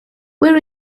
where